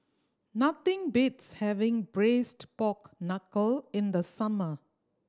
nothing beats having Braised Pork Knuckle in the summer